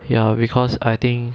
ya because I think